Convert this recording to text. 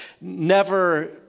never-